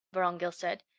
vorongil said,